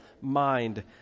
mind